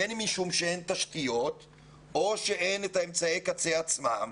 בין אם משום שאין תשתיות או שאין את אמצעי הקצה עצמם,